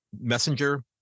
Messenger